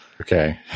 Okay